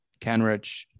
Kenrich